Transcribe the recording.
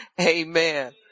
Amen